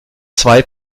zwei